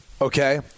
okay